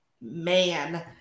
man